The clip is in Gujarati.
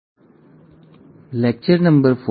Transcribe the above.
તો હાય